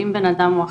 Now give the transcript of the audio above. אם בנאדם הוא אחראי,